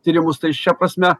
tyrimus tai šia prasme